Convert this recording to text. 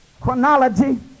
Chronology